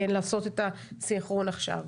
לעשות את הסינכרון עכשיו.